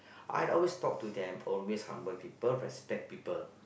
I always talk to them always humble people respect people